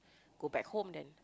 go back home then